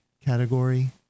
category